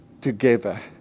together